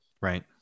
Right